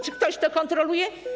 Czy ktoś to kontroluje?